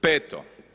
Peto.